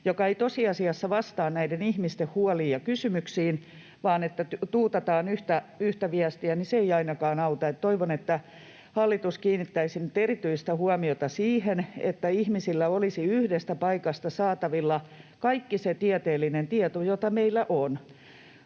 joka ei tosiasiassa vastaa näiden ihmisten huoliin ja kysymyksiin, vaan tuutataan yhtä viestiä, niin se ei ainakaan auta. Toivon, että hallitus kiinnittäisi nyt erityistä huomiota siihen, että ihmisillä olisi yhdestä paikasta saatavilla kaikki se tieteellinen tieto, jota meillä on.